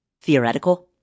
theoretical